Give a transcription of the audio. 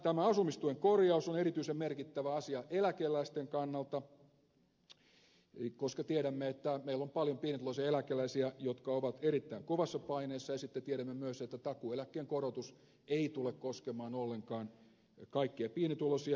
tämä asumistuen korjaus on erityisen merkittävä asia eläkeläisten kannalta koska tiedämme että meillä on paljon pienituloisia eläkeläisiä jotka ovat erittäin kovassa paineessa ja sitten tiedämme myös että takuueläkkeen korotus ei tule koskemaan ollenkaan kaikkia pienituloisia